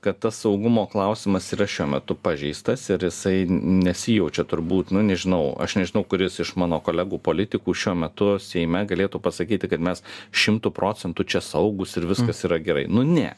kad tas saugumo klausimas yra šiuo metu pažeistas ir jisai nesijaučia turbūt nu nežinau aš nežinau kuris iš mano kolegų politikų šiuo metu seime galėtų pasakyti kad mes šimtu procentų čia saugūs ir viskas yra gerai nu ne